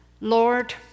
Lord